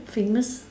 famous